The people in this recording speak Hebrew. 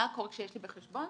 מה --- שיש לי בחשבון,